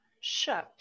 Sure